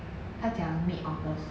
他讲 mid august